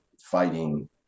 fighting